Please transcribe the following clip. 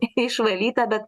neišvalyta bet